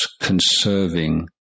conserving